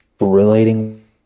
Relating